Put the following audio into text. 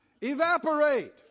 evaporate